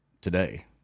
today